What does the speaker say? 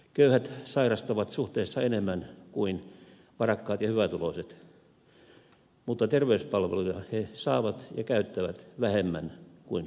köyhät sairastavat suhteessa enemmän kuin varakkaat ja hyvätuloiset mutta terveyspalveluja he saavat ja käyttävät vähemmän kuin hyvätuloiset